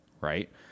right